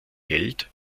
geld